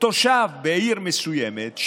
תושב בעיר מסוימת,